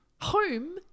home